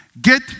get